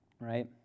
right